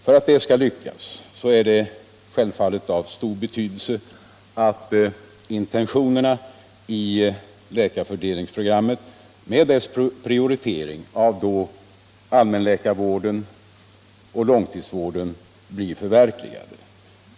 För att detta skall lyckas är det självfallet av stor betydelse att intentionerna i läkarfördelningsprogrammet med dess prioritering av allmänläkarvård och långtidsvård blir förverkligade.